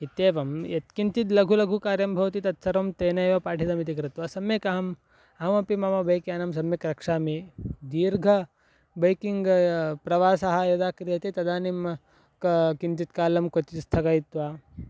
इत्येवं यत्किञ्चित् लघु लघुकार्यं भवति तत्सर्वं तेनैव पाठितमिति कृत्वा सम्यक् अहम् अहमपि मम बैक्यानं सम्यक् रक्षामि दीर्घं बैकिङ्ग् प्रवासः यदा क्रियते तदानीं क किञ्चित् कालं क्वचित् स्थगयित्वा